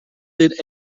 did